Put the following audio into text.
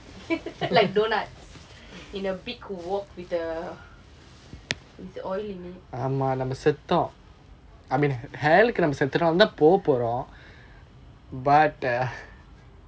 like donut in a big wok with the oil in it